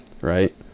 right